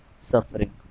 Suffering